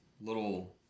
little